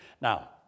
Now